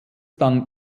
dann